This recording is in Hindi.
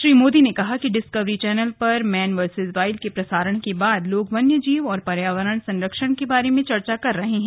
श्री मोदी ने कहा कि डिस्कवरी चैनल पर मैन वर्सिस वाइल्ड के प्रसारण के बाद लोग वन्यजीवन और पर्यावरण संरक्षण के बारे में चर्चा कर रहे हैं